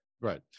Right